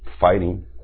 fighting